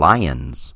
Lions